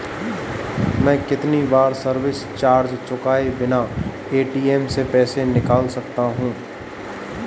मैं कितनी बार सर्विस चार्ज चुकाए बिना ए.टी.एम से पैसे निकाल सकता हूं?